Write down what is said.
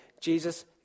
Jesus